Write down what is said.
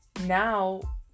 now